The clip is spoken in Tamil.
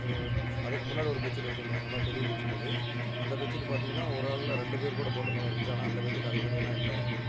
ஒரு அதுக்கு முன்னாடி ஒரு பெட்ஷீட் வச்சுருந்தோம் நல்ல பெரிய பெட்ஷீட் அது அந்த பெட்ஷீட் பார்த்திங்கன்னா ஒரு ஆள் இல்லை ரெண்டு பேர் கூட போர்த்துற மாதிரி இருந்துச்சு ஆனால் அந்த பெட்ஷீட் அது மாதிரியெல்லாம் இல்லை